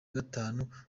gatanu